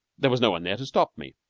there was no one there to stop me,